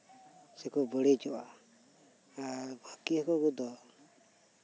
ᱥᱮᱠᱚ ᱵᱟᱹᱲᱤᱡᱚᱜᱼᱟ ᱟᱨ ᱵᱷᱟᱜᱮ ᱦᱟᱠᱳ ᱠᱚᱫᱚ